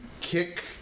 kick